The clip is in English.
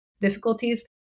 difficulties